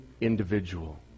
individual